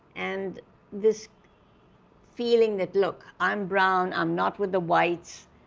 and this feeling that, look, i'm brown, i'm not with the whites,